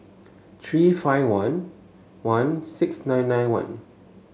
three five one one six nine nine one